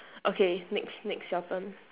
okay next next your turn